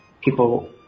people